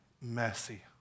messy